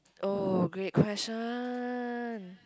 oh great question